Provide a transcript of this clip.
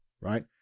Right